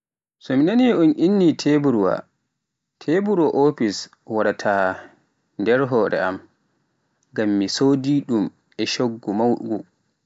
So mi naani un inni teburwa, teburwa ofis an waarata nder hoore am, ngam mi soodi ɗum e coggu mawngu